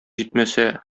җитмәсә